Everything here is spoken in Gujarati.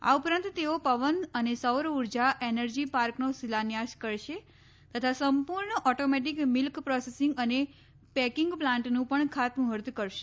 આ ઉપરાંત તેઓ પવન અને સૌર ઉર્જા એનર્જી પાર્કનો શિલાન્યાસ કરશે તથા સંપૂર્ણ ઓટોમોટીક મીલ્ક પ્રોસેસિંગ અને પેકિંગ પ્લાન્ટનું પણ ખાતમુહ્ર્ત કરશે